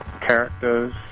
characters